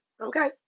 okay